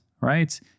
right